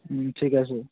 ঠিক আছে